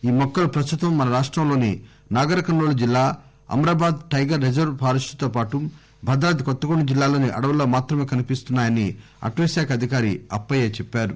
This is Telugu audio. ఈ మొక్కలు ప్రస్తుతం మన రాష్టంలోని నాగర్ కర్నూల్ జిల్లా అమ్రాబాద్ టైగర్ రిజర్వ్ ఫారెస్టుతో పాటు భద్రాద్రి కొత్తగూడెం జిల్లాలోని అడవుల్లో మాత్రమే కనిపిస్తున్నా యని అటవీశాఖ అధికారి అప్పయ్య చెప్పారు